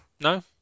No